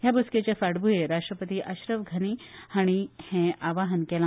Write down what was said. ह्या बसकेच्या फाटभूंयेर राष्ट्रपती अशरफ घानी हाणे हे आवाहन केला